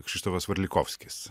kšistofas varlikovskis